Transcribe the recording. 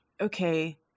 okay